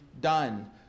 done